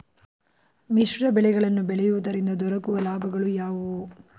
ಮಿಶ್ರ ಬೆಳೆಗಳನ್ನು ಬೆಳೆಯುವುದರಿಂದ ದೊರಕುವ ಲಾಭಗಳು ಯಾವುವು?